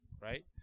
right